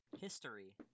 history